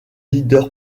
leader